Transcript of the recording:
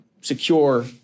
secure